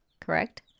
correct